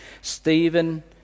Stephen